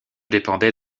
dépendait